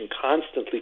constantly